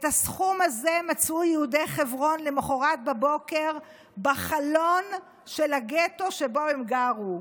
את הסכום הזה מצאו יהודי חברון למוחרת בבוקר בחלון של הגטו שבו הם גרו,